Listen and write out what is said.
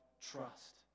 trust